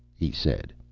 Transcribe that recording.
he said.